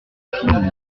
film